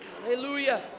Hallelujah